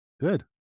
Good